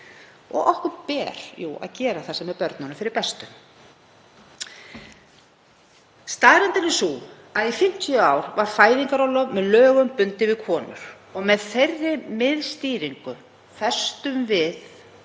Okkur ber jú að gera það sem er börnunum fyrir bestu. Staðreyndin er sú að í 50 ár var fæðingarorlof með lögum bundið við konur og með þeirri miðstýringu festu